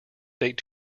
date